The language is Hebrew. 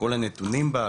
כל הנתונים בה,